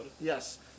Yes